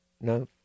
No